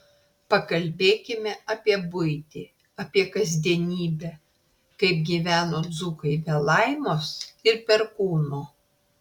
pakalbėkime apie buitį apie kasdienybę kaip gyveno dzūkai be laimos ir perkūno